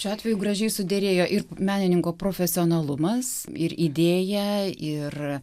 šiuo atveju gražiai suderėjo ir menininko profesionalumas ir idėja ir